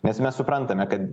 nes mes suprantame kad